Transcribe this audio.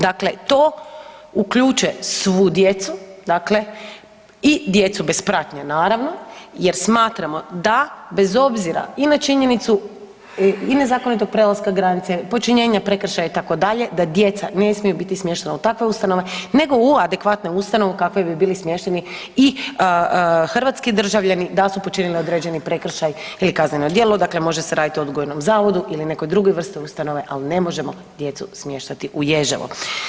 Dakle, to uključuje svu djecu i djecu bez pratnje naravno jer smatramo da bez obzira i na činjenicu i nezakonitog prelaska granice, počinjenja prekršaja itd. da djeca ne smiju biti smještena u takve ustanove nego u adekvatne ustanove u kakve bi bili smješteni i hrvatski državljani da su počinili određeni prekršaj ili kazneno djelo, dakle može se raditi o odgojnom zavodu ili nekoj drugoj vrsti ustanove, ali ne možemo djecu smještati u Ježevo.